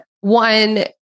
one